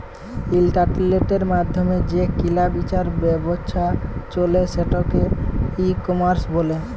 ইলটারলেটের মাইধ্যমে যে কিলা বিচার ব্যাবছা চলে সেটকে ই কমার্স ব্যলে